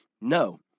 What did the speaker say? no